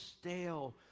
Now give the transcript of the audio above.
stale